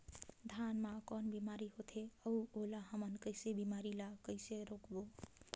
धान मा कौन बीमारी होथे अउ ओला हमन कइसे बीमारी ला कइसे रोकबो?